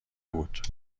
بود